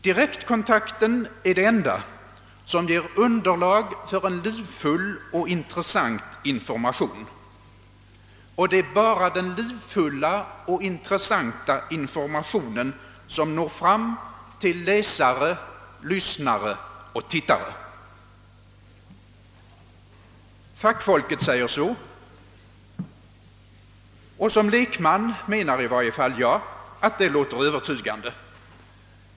Direktkontakten är den enda som ger underlag för en livfull och intressant information, och det är endast den livfulla och intressanta informationen som når fram till läsare, lyssnare och tittare. Detta säger fackfolket, och som lekman menar i varje fall jag att det låter övertygande.